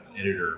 editor